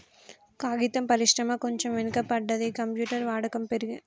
కాగితం పరిశ్రమ కొంచెం వెనక పడ్డది, కంప్యూటర్ వాడకం పెరిగి